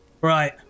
Right